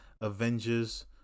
Avengers